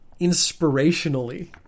inspirationally